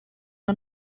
are